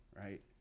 right